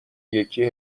یکی